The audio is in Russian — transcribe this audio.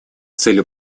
целью